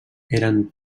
eren